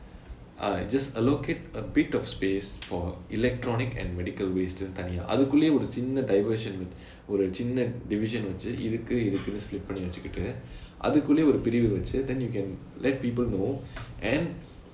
ah just allocate a bit of space for electronic and medical waste னு தணியா அதுகுள்ளை ஒரு சின்ன:nu thaniyaa athukullai oru chinna diversion ஒரு சின்ன:oru chinna division வெச்சி இதுக்கு இதுக்குனு:vechi ithukku ithukkunu split பண்ணி வெச்சிகிட்டு அதுகுள்ளே ஒரு பிறிவு வெச்சு:panni vechikittu athukulai oru pirivu vechu then you can let people know and